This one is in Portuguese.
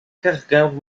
carregando